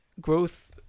growth –